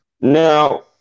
Now